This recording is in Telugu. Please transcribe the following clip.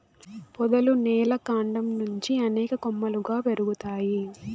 పొదలు నేల కాండం నుంచి అనేక కొమ్మలుగా పెరుగుతాయి